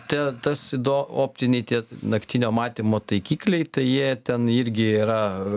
tie tas sido optiniai tie naktinio matymo taikikliai tai jie ten irgi yra